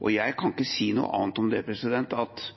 og jeg kan ikke si noe annet om det enn at